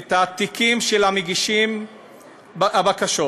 את התיקים של מגישי הבקשות.